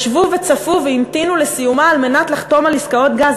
ישבו וצפו והמתינו לסיומה על מנת לחתום על עסקאות גז,